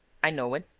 i know it.